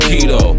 Keto